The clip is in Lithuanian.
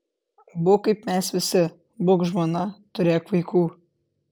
būk kaip mes visi būk žmona turėk vaikų